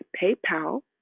PayPal